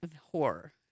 Horror